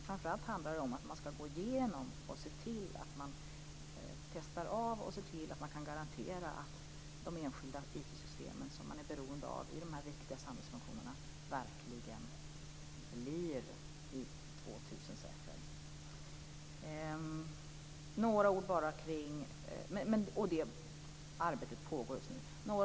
Framför allt handlar det om att gå igenom, testa och se till att kunna garantera att de enskilda IT-systemen, som man är beroende av i de här viktiga samhällsfunktionerna, verkligen blir 2000-säkrade. Och detta arbete pågår just nu.